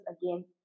again